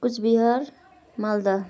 Cooch Behar Malda